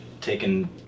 taken